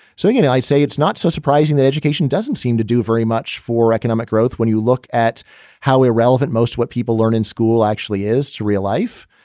so, you know, i say it's not so surprising that education doesn't seem to do very much for economic growth. when you look at how irrelevant most what people learn in school actually is to real life.